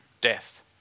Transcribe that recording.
death